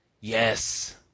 Yes